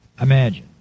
Imagine